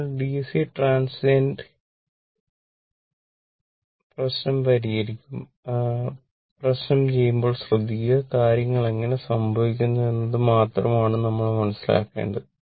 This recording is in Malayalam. നിങ്ങൾ ഡിസി ട്രാൻസിറ്റ് പ്രശ്നം ചെയ്യുമ്പോൾ ശ്രദ്ധിക്കുക കാര്യങ്ങൾ എങ്ങനെ സംഭവിക്കുന്നു എന്നത് മാത്രമാണ് നമ്മൾ മനസ്സിലാക്കേണ്ടത്